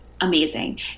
Amazing